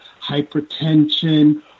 hypertension